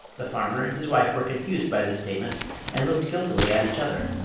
the farmer and his wife were confused by this statement and looked guiltily at each other,